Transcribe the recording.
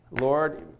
Lord